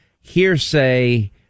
hearsay